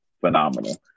phenomenal